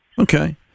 Okay